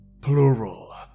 Plural